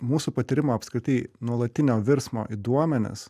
mūsų patyrimo apskritai nuolatinio virsmo į duomenis